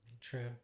True